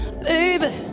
baby